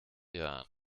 jahren